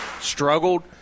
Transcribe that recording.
struggled